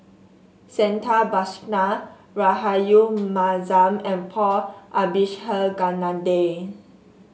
Santha Bhaskar Rahayu Mahzam and Paul Abisheganaden